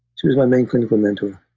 she was my main clinical mentor.